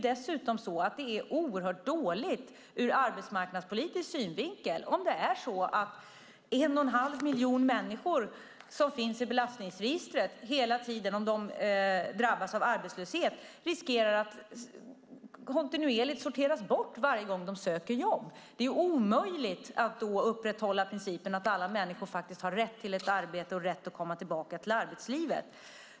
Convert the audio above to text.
Dessutom är det oerhört dåligt ur arbetsmarknadspolitisk synvinkel om en och en halv miljon människor, som finns i belastningsregistret, drabbas av arbetslöshet och riskerar att sorteras bort varje gång de söker jobb. Då är det omöjligt att upprätthålla principen att alla människor har rätt till ett arbete, rätt att komma tillbaka till arbetslivet.